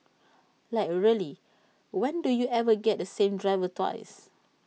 like really when do you ever get the same driver twice